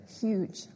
Huge